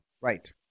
Right